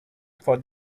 for